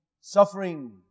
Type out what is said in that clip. suffering